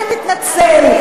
אני מתנצל,